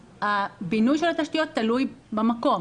הבינוי של התשתיות תלוי במקום.